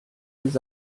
his